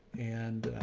and,